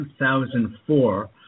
2004